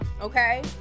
okay